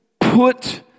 put